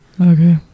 Okay